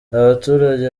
abaturage